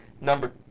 Number